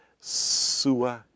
sua